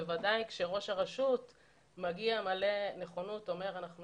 בוודאי כשראש הרשות מגיע מלא נכונות ואומר: אנחנו